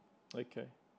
okay